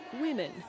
women